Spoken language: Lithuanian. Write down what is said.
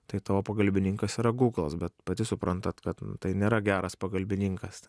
tai tavo pagalbininkas yra gūglas bet pati suprantat kad tai nėra geras pagalbininkas